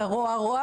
דיברת על רוע.